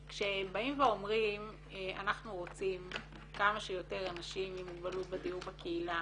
כשבאים ואומרים אנחנו רוצים כמה שיותר אנשים עם מוגבלות בדיור בקהילה